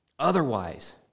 Otherwise